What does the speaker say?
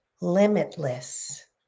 limitless